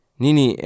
nini